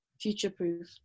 future-proof